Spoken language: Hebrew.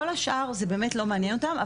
כל השאר זה באמת לא מעניין אותם,